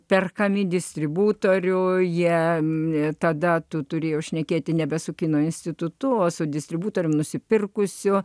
perkami distributorių jie ne tada tu turėjau šnekėti nebesu kino institutu o su distributoriui nusipirkusio